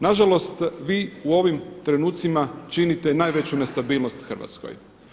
Nažalost vi u ovim trenutcima činite najveću nestabilnost Hrvatskoj.